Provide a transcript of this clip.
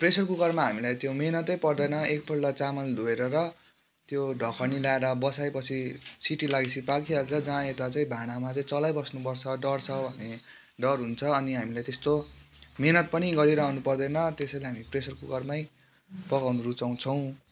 pressure कुकरमा हामीलाई त्यो मेहनतै पर्दैन एकपल्ट चामल धुएर र त्यो ढकनी लाएर बसाएपछि सिटी लागेपछि पाकिहाल्छ जहाँ यता चाहिँ भाँडामा चाहिँ चलाइबस्नुपर्छ डढ्छ भन्ने डर हुन्छ अनि हामीलाई त्यस्तो मेहनत पनि गरिरहनु पर्दैन त्यसैले हामी प्रेसर कुकरमै पकाउनु रुचाउँछौँ